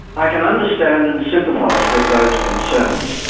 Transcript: i can understand and sympathise with those concerns,